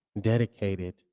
dedicated